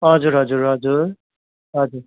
हजुर हजुर हजुर हजुर